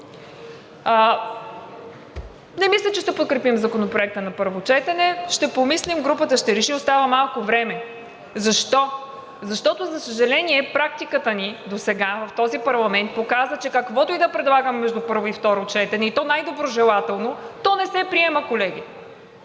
не мисля, че ще подкрепим Законопроекта на първо четене, ще помислим, групата ще реши, остава малко време. Защо? Защото, за съжаление, практиката ни досега в този парламент показа, че каквото и да предлагаме между първо и второ четене, и то най-доброжелателно, то не се приема, колеги,